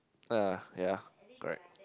uh ya correct